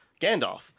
Gandalf